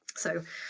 so,